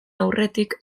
aurretik